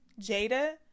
Jada